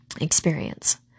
experience